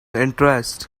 interest